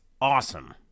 awesome